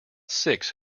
six